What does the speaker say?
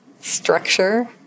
structure